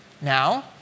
Now